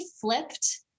flipped